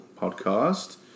Podcast